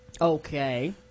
Okay